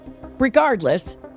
Regardless